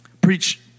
preach